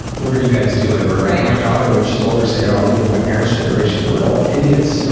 what are you guys doing? or my daughter when she's older, say, oh, you know, my parent's generation were all idiots. you know